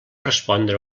respondre